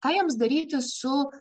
ką jiems daryti su